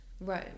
Rome